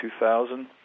2000